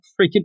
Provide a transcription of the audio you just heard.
freaking